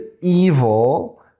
evil